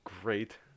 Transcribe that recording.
great